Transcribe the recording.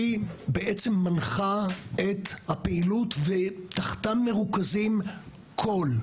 שהיא בעצם מנחה את הפעילות ותחתה מרוכזים כל,